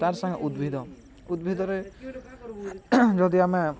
ତା'ର୍ ସାଙ୍ଗେ ଉଦ୍ଭିଦ ଉଦ୍ଭିଦରେ ଯଦି ଆମେ